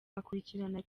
akurikirana